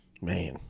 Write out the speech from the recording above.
Man